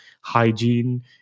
hygiene